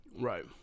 Right